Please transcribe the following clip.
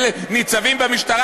ניצבים במשטרה,